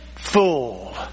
fool